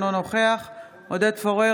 אינו נוכח עודד פורר,